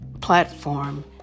platform